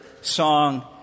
song